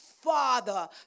Father